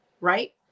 right